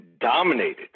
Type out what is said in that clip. dominated